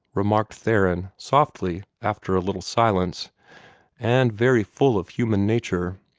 remarked theron, softly, after a little silence and very full of human nature.